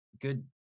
good